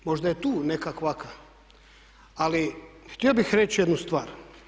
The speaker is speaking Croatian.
Možda je tu neka kvaka, ali htio bih reći jednu stvar.